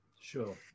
Sure